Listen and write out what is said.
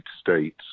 States